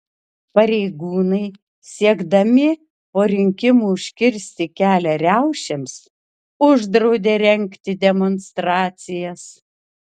pareigūnai siekdami po rinkimų užkirsti kelią riaušėms uždraudė rengti demonstracijas